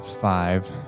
five